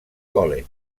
college